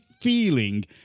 feeling